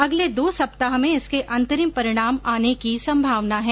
अगले दो सप्ताह में इसके अंतरिम परिणाम आने की संभावना है